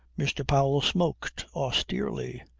mr. powell smoked austerely,